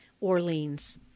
Orleans